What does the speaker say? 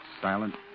silent